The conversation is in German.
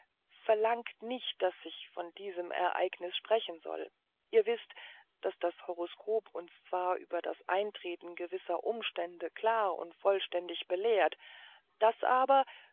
verlangt nicht daß ich von diesem ereignis sprechen soll ihr wißt daß das horoskop uns zwar über das eintreten gewisser umstände klar und vollständig belehrt daß aber